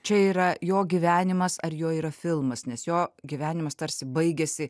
čia yra jo gyvenimas ar jo yra filmas nes jo gyvenimas tarsi baigiasi